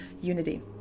unity